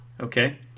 okay